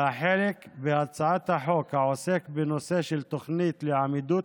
והחלק בהצעת החוק העוסק בנושא של התוכנית לעמידות